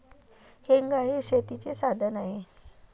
हेंगा हे शेतीचे साधन आहे